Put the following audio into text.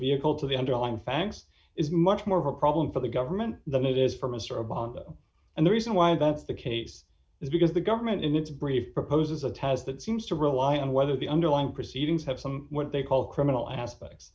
vehicle to the underlying facts is much more her problem for the government than it is for mr obama and the reason why that's the case is because the government in its brief proposes a task that seems to rely on whether the underlying proceedings have some what they call criminal aspects